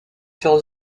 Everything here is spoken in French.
sur